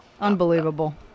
unbelievable